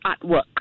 artwork